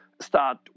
start